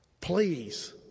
Please